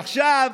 עכשיו,